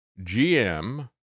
GM